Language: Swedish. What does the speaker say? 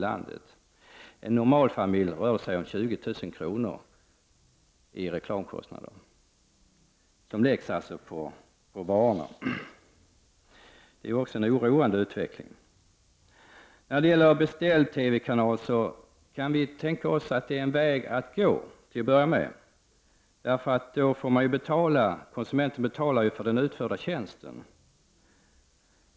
För en normalfamilj rör det sig om ca 20 000 kr. i reklamkostnader som läggs på varorna. Detta är också en oroande utveckling. När det gäller frågan om en beställ-TV-kanal kan vi tänka oss att det till att börja med är en väg att gå. Konsumenten betalar då för den utförda tjänsten.